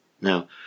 Now